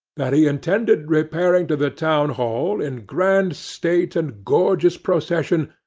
that he intended repairing to the town-hall, in grand state and gorgeous procession,